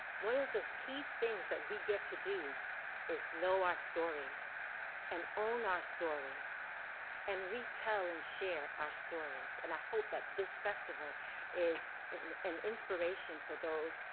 one of the key things that we get to do is know our stories and own our stories and retell and share our stories. and i hope that this festival is an an inspiration for those,